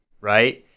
right